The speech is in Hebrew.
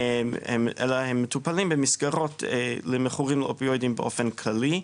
אלא הם מטופלים במסגרות למכורים אופיואידיים באופן כללי,